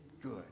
good